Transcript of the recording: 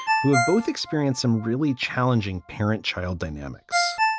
who have both experience some really challenging parent child dynamics.